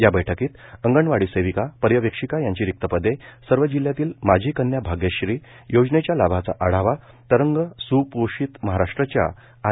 या बैठकीत अंगणवाडी सेविका पर्यवेक्षिका यांची रिक्त पदे सर्व जिल्ह्यातील माझी कन्या भाग्यश्री योजनेच्या लाभाचा आढावा तरंग सुपोषित महाराष्ट्रच्या आय